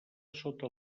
sota